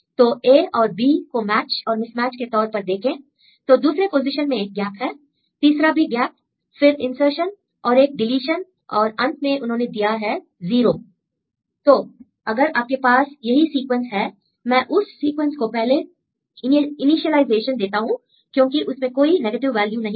तो a और b को मैच और मिसमैच के तौर पर देखें तो दूसरे पोजीशन में एक गैप है तीसरा भी गैप फिर इन्सर्शन् और एक डीलीशन और अंत में उन्होंने दिया है 0 तो अगर आपके पास यही सीक्वेंस है मैं उस सीक्वेंस को पहले इनीशिएलाइजेशन देता हूं क्योंकि उसमें कोई नेगेटिव वैल्यू नहीं है